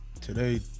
today